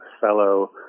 fellow